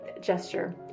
gesture